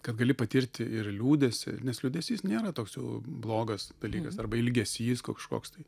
kad gali patirti ir liūdesį nes liūdesys nėra toks jau blogas dalykas arba ilgesys kažkoks tai